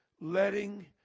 letting